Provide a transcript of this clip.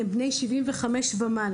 הם בני 75 ומעלה.